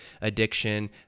addiction